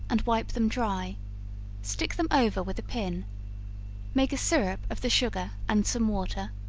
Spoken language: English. and wipe them dry stick them over with a pin make a syrup of the sugar and some water,